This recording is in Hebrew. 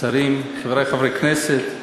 שרים, חברי חברי הכנסת,